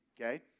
Okay